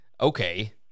okay